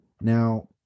Now